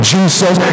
Jesus